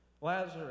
Lazarus